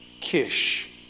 Kish